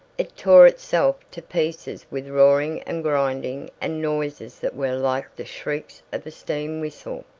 it tore itself to pieces with roaring and grinding and noises that were like the shrieks of a steam whistle.